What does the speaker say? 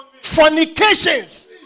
Fornications